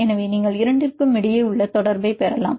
எனவே நீங்கள் இரண்டிற்குமிடையே உள்ள தொடர்பை பெறலாம்